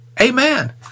Amen